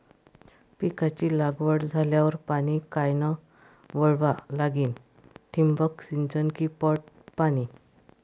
पिकाची लागवड झाल्यावर पाणी कायनं वळवा लागीन? ठिबक सिंचन की पट पाणी?